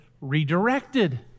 redirected